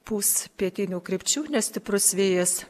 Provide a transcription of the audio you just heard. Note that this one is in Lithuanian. pūs pietinių krypčių nestiprus vėjas